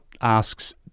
asks